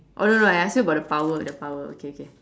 oh no no no I asked you about the power the power okay okay